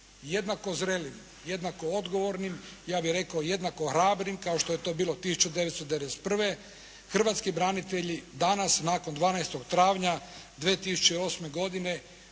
jednako zrelim, jednako odgovornim, ja bih rekao jednako hrabrim kao što je to bilo 1991. Hrvatski branitelji danas nakon 12. travnja 2008. godine